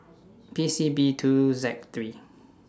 P C B two Z three